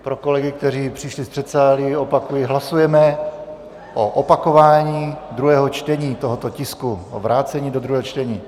Pro kolegy, kteří přišli z předsálí opakuji: hlasujeme o opakování druhého čtení tohoto tisku, o vrácení do druhého čtení.